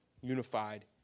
Unified